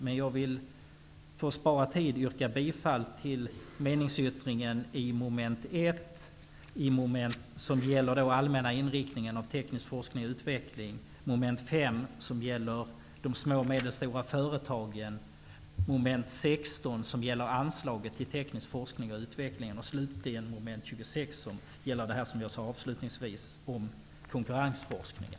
Men för att spara kammarens tid yrkar jag bifall till meningsyttringen i vad avser mom. 1, som gäller den allmänna inriktningen av teknisk forskning och utveckling, mom. 5, som gäller de små och medelstora företagen, mom. 16, som gäller anslaget till teknisk forskning och utveckling samt slutligen mom. 26, som gäller det jag avslutningsvis talade om, nämligen konkurrensforskningen.